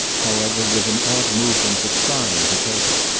however, with an odd movement, declined to take it.